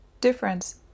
difference